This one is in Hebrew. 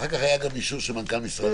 ואחר כך היה גם אישור של מנכ"ל משרד.